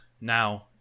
Now